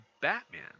Batman